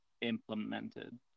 implemented